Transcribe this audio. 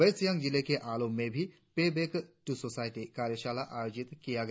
waste Siang जिले के आलो में भी पे बेक ट्र सोसायटी कार्यशाला आयोजित किया गया